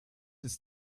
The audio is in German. ist